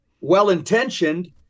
well-intentioned